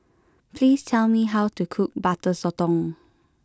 please tell me how to cook Butter Sotong